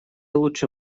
лучше